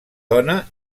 dona